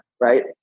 right